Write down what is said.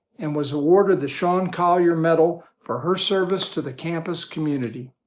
and was awarded the sean collier medal for her service to the campus community.